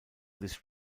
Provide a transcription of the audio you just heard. this